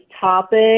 topic